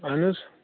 اَہَن حظ